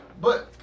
But-